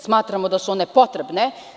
Smatramo da su one potrebne.